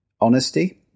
honesty